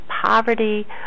poverty